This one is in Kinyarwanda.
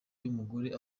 y’umugore